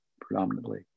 predominantly